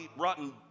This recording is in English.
rotten